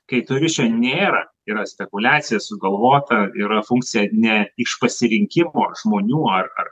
kai to ryšio nėra yra spekuliacija sugalvota yra funkcija ne iš pasirinkimo žmonių ar ar